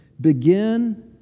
begin